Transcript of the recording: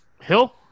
Hill